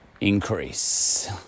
increase